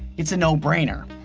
it's a no-brainer.